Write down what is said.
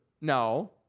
No